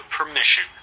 permission